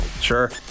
Sure